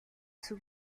two